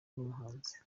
n’umuhanuzi